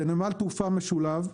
זה נמל תעופה משולב,